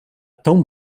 tão